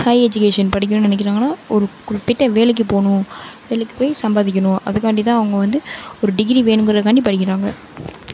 high education படிக்கணும்னு நினைக்கிறாங்கனா ஒரு குறிப்பிட்ட வேலைக்கு போகணும் வேலைக்கு போய் சம்பாதிக்கணும் அதுக்காண்டிதான் அவங்க வந்து ஒரு டிகிரி வேணுங்கிறதுக்காண்டி படிக்கிறாங்க